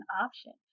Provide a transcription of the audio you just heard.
option